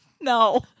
No